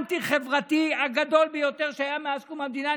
האנטי-חברתי הגדול ביותר שהיה מאז קום המדינה.